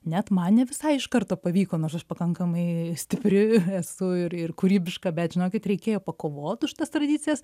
net man ne visai iš karto pavyko nors aš pakankamai stipri esu ir ir kūrybiška bet žinokit reikėjo pakovot už tas tradicijas